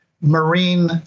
Marine